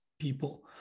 people